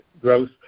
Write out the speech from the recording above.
growth